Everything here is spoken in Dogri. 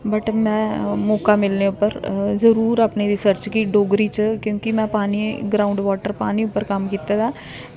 वट में मौका मिलने उप्पर जरूर अपनी रिसर्च गी डोगरी च क्योंकि में पानी ग्राउंड वॉटर पानी उप्पर कम्म कीते दा